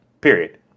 Period